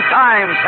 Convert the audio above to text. time